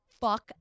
fuck